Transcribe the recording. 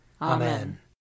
Amen